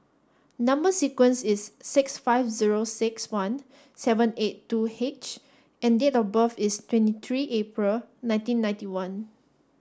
number sequence is six five zero six one seven eight two H and date of birth is twenty three April nineteen ninety one